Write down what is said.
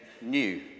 new